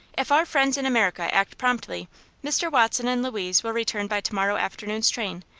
if our friends in america act promptly mr. watson and louise will return by to-morrow afternoon's train,